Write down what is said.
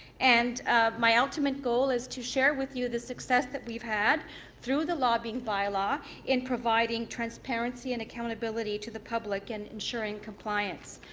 and my ultimate goal is to share with you the success that we've had through the lobbying bylaw in providing transparency and accountability to the public and ensuring compliance.